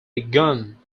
begun